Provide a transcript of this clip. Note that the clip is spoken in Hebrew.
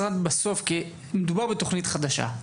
מדובר בתוכנית חדשה,